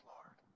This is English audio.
Lord